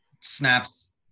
snaps